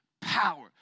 power